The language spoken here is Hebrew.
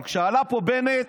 אבל כשעלה פה בנט